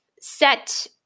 set